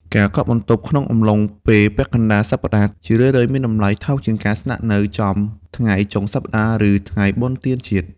ការកក់បន្ទប់ក្នុងអំឡុងពេលពាក់កណ្តាលសប្តាហ៍ ជារឿយៗមានតម្លៃថោកជាងការស្នាក់នៅចំថ្ងៃចុងសប្តាហ៍ ឬថ្ងៃបុណ្យទានជាតិ។